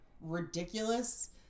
ridiculous